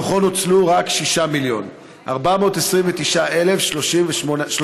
מתוכו נוצלו רק 6 מיליון ו-429,000 שקלים,